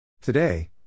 Today